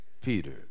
Peter